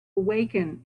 awaken